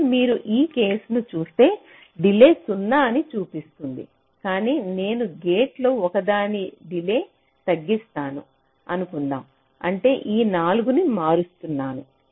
కానీ మీరు ఈ కేసు ను చూస్తే డిలే 0 అని చూపిస్తుంది కాని నేను గేట్లలో ఒకదాని డిలే తగ్గిస్తానని అనుకుందాం అంటే ఈ 4 మారుస్తున్నాను